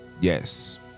Yes